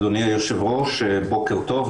אדוני היושב-ראש, בוקר טוב.